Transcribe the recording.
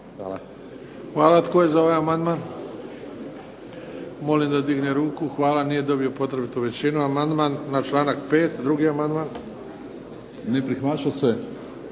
Hvala.